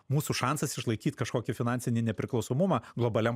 mūsų šansas išlaikyt kažkokį finansinį nepriklausomumą globaliam